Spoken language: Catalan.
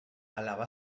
alaba